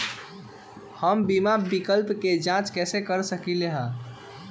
हम बीमा विकल्प के जाँच कैसे कर सकली ह?